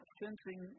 sensing